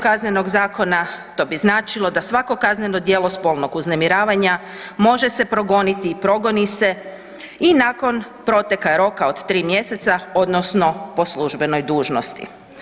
Kaznenog zakona, to bi značilo da svako kazneno djelo spolnog uznemiravanja može se progoniti i progoni se i nakon proteka roka od 3 mj. odnosno po službenoj dužnosti.